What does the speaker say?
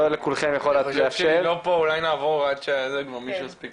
שימשתי כעובד